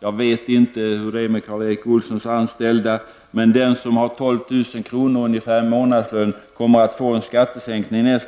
Jag vet inte hur det är med Karl Erik Olssons anställda, men den som har ungefär 12 000 i månadslön kommer nästa år att få en skattesänkning